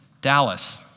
Dallas